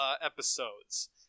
Episodes